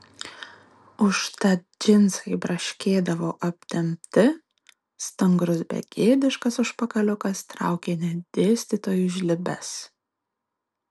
užtat džinsai braškėdavo aptempti stangrus begėdiškas užpakaliukas traukė net dėstytojų žlibes